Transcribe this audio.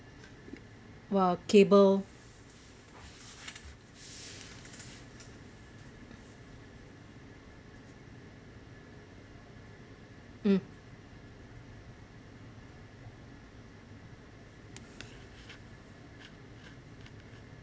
while cable mm